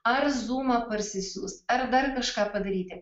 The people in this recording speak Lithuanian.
ar zūmą parsisiųst ar dar kažką padaryti